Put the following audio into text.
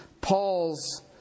Paul's